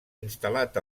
instal·lat